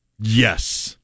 Yes